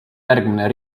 järgmine